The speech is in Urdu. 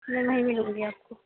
میں وہیں ملوں گی آپ کو